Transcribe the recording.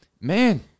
man